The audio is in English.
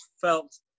felt